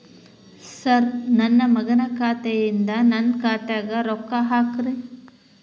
sir ನನ್ನ ಮಗನ ಖಾತೆ ಯಿಂದ ನನ್ನ ಖಾತೆಗ ರೊಕ್ಕಾ ಹಾಕ್ರಿ